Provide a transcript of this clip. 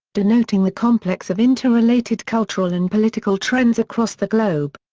denoting the complex of inter-related cultural and political trends across the globe.